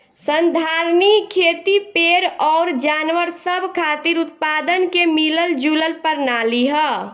संधारनीय खेती पेड़ अउर जानवर सब खातिर उत्पादन के मिलल जुलल प्रणाली ह